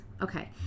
Okay